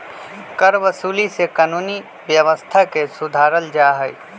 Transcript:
करवसूली से कानूनी व्यवस्था के सुधारल जाहई